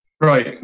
Right